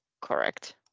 correct